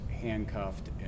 handcuffed